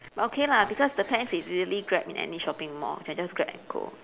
but okay lah because the pants is easily grab in any shopping mall can just grab and go